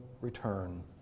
return